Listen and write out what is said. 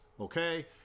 Okay